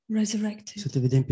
resurrected